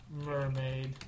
Mermaid